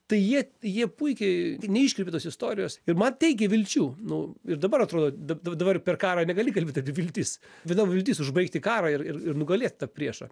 tai jie jie puikiai neiškreipė tos istorijos ir man teikė vilčių nu ir dabar atrodo da d dabar per karą negali kalbėt apie viltis viena viltis užbaigti karą ir ir ir nugalėt priešą